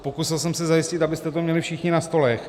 Pokusil jsem se zajistit, abyste to měli všichni na stolech.